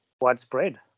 widespread